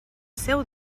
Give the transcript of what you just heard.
seu